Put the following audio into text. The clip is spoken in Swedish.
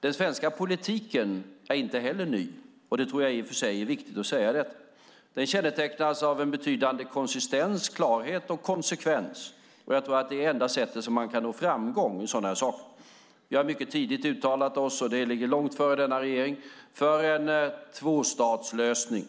Den svenska politiken är inte heller ny, och det tror jag i och för sig är viktigt att säga. Den kännetecknas av en betydande konsistens, klarhet och konsekvens. Jag tror att det är det enda sätt som man kan nå framgång på i sådana här saker. Vi har mycket tidigt uttalat oss - det ligger långt före denna regering - för en tvåstatslösning.